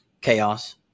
chaos